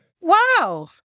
Wow